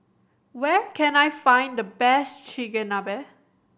where can I find the best Chigenabe